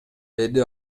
деди